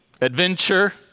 adventure